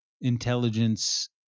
intelligence